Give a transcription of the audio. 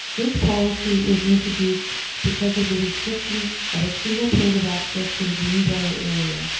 this policy was introduced because of the restriction of a single point of access to the green briar area,